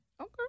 Okay